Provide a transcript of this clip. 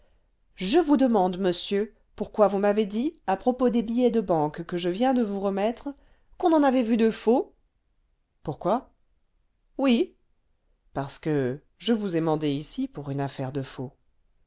je vous demande monsieur pourquoi vous m'avez dit à propos des billets de banque que je viens de vous remettre qu'on en avait vu de faux pourquoi oui parce que je vous ai mandé ici pour une affaire de faux